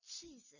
Jesus